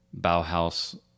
Bauhaus